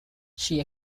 she